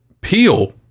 Peel